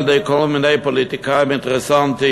על-ידי כל מיני פוליטיקאים אינטרסנטים,